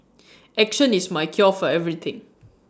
action is my cure for everything